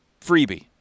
freebie